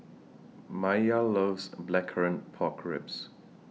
Maia loves Blackcurrant Pork Ribs